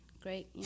great